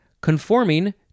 conforming